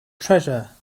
treasure